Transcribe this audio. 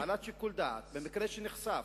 בהפעלת שיקול דעת, במקרה שנחשף,